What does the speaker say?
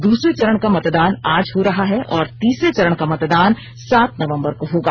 दूसरे चरण का मतदान आज हो रहा है और तीसरे चरण का मतदान सात नवम्बर को होगा